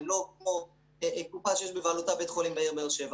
הן לא כמו קופה שיש בבעלותה בית חולים בעיר שבע